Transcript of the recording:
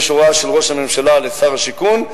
יש הוראה של ראש הממשלה לשר השיכון,